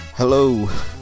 Hello